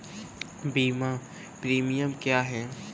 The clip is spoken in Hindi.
बीमा प्रीमियम क्या है?